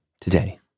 today